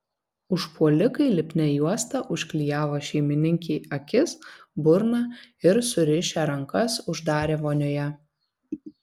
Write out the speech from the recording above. užpuolikai lipnia juosta užklijavo šeimininkei akis burną ir surišę rankas uždarė vonioje